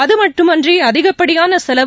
அதுமட்டுமன்றி அதிகப்படியான செலவு